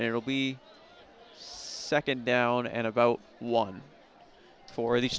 and it will be second down and about one for the